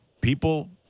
people